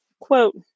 quote